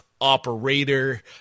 operator